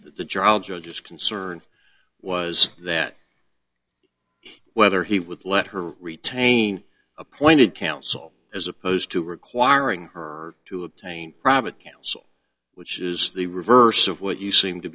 the child judges concern was that whether he would let her retain appointed counsel as opposed to requiring her to obtain private counsel which is the reverse of what you seem to